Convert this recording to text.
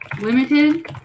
limited